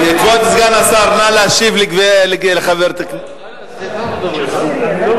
כבוד סגן השר, נא להשיב לחברת הכנסת מירי.